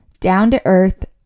down-to-earth